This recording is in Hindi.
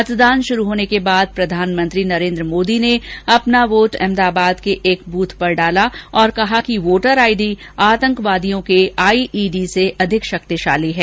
मतदान शुरू होने के बाद प्रधानमंत्री नरेन्द्र मोदी ने अपना वोट अहमदाबाद के एक बूथ पर डाला और कहा कि वोटर आईडी आतंकवादियों के आईईडी से अधिक शक्तिशाली है